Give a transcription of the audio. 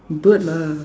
bird lah